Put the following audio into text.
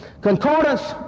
Concordance